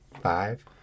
Five